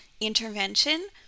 intervention